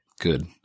Good